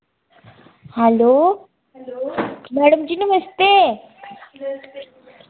hello madam ji namaste